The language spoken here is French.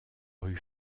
rue